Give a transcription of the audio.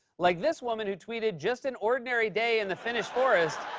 like this woman who tweeted just an ordinary day in the finnish forest.